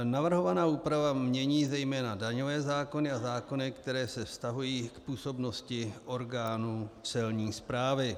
Navrhovaná úprava mění zejména daňové zákony a zákony, které se vztahují k působnosti orgánů Celní správy.